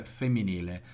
femminile